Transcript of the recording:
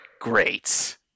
great